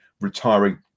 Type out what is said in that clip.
retiring